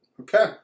Okay